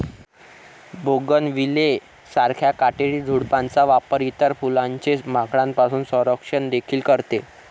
bougainvillea सारख्या काटेरी झुडपांचा वापर इतर फुलांचे माकडांपासून संरक्षण देखील करते